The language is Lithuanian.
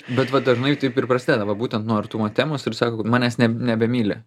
bet va dažnai taip ir prasideda va būtent nuo artumo temos ir sako manęs nebemyli